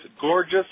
gorgeous